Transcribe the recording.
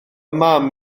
mam